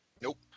Nope